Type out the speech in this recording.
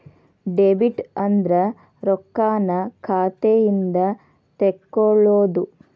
debit ಅಂದ್ರ ರೊಕ್ಕಾನ್ನ ಖಾತೆಯಿಂದ ತೆಕ್ಕೊಳ್ಳೊದು